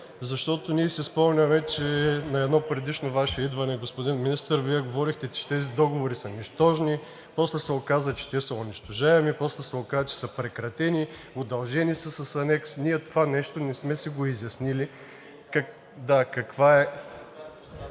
Защото ние си спомняме, че на едно предишно Ваше идване, господин Министър, Вие говорихте, че тези договори са нищожни, после се оказа, че те са унищожаеми, после се оказа, че са прекратени, удължени са с анекс – ние това нещо не сме си го изяснили какво е…